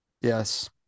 yes